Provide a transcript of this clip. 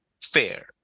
fair